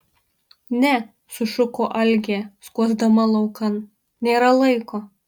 ne sušuko algė skuosdama laukan nėra laiko